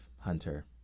Hunter